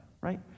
right